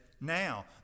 now